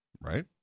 Right